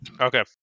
Okay